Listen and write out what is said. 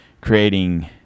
creating